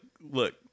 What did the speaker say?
look